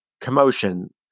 commotion